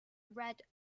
red